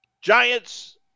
Giants